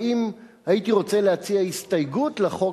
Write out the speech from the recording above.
ואם הייתי רוצה להציע הסתייגות לחוק,